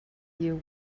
you